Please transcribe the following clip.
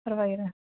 ಪರವಾಗಿಲ್ಲ